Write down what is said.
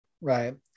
Right